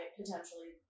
potentially